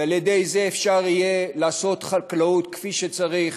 ועל-ידי זה אפשר יהיה לעשות חקלאות כפי שצריך